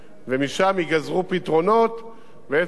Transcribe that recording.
בעצם, לתנועה, שלא תצטרך לעבור דרך צומת להבים.